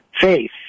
faith